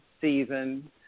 season